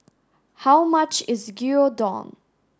how much is Gyudon